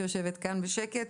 שיושבת כאן בשקט.